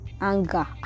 Anger